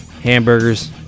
hamburgers